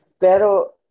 Pero